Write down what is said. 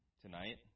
tonight